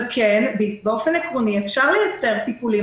באופן עקרוני אפשר לייצר טיפולים.